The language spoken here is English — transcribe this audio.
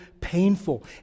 painful